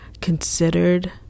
considered